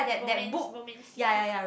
romance romancey book